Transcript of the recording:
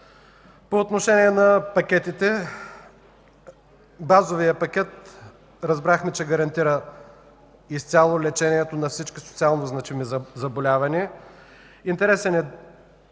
По отношение на пакетите. Разбрахме, че базовият пакет гарантира изцяло лечението на всички социално значими заболявания. Интересен е